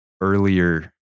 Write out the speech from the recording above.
earlier